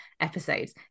episodes